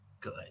Good